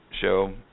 show